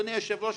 אדוני היושב-ראש,